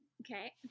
Okay